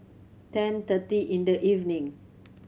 ten thirty in the evening